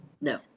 No